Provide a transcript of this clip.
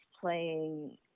playing